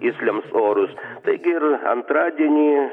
jis lems orus taigi ir antradienį